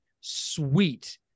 sweet